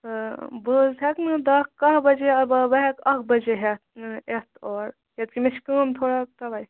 تہٕ بہٕ حٲز ہیٚکہ نہٕ دَہ کاہہ بجے البتاہ بہٕ ہیٚکہٕ اکھ بجے ہُیتھ یِتھ اور کیازِ کہِ مےٚ چھِ کٲم تھوڑا توے